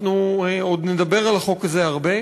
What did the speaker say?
אנחנו עוד נדבר על החוק הזה הרבה.